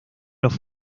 los